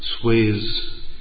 sways